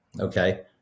okay